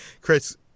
Chris